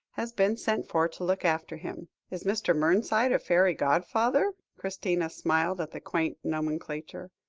has been sent for to look after him. is mr. mernside a fairy godfather? christina smiled at the quaint nomenclature.